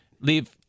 leave